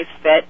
fit